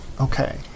Okay